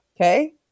Okay